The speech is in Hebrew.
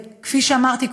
כפי שאמרתי קודם,